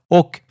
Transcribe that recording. och